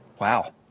Wow